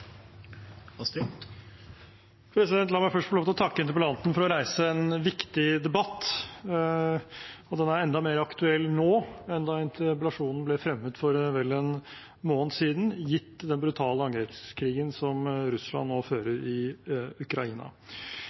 La meg først få lov til å takke interpellanten for å reise en viktig debatt. Den er enda mer aktuell nå enn da interpellasjonen ble fremmet for vel en måned siden, gitt den brutale angrepskrigen som Russland nå fører i Ukraina.